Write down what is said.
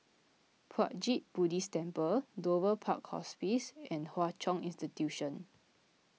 Puat Jit Buddhist Temple Dover Park Hospice and Hwa Chong Institution